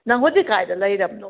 ꯅꯪ ꯍꯧꯖꯤꯛ ꯀꯥꯏꯗ ꯂꯩꯔꯝꯅꯣ